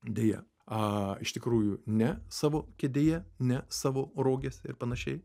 deja aaa iš tikrųjų ne savo kėdėje ne savo rogėse ir panašiai